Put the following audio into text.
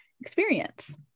experience